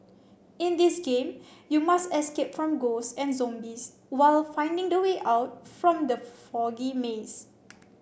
in this game you must escape from ghosts and zombies while finding the way out from the foggy maze